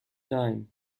time